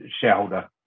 shareholder